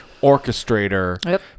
orchestrator